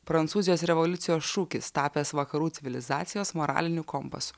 prancūzijos revoliucijos šūkis tapęs vakarų civilizacijos moraliniu kompasu